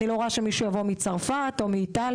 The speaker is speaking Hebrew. אני לא רואה שמישהו יבוא מצרפת או מאיטליה